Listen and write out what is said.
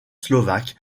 slovaque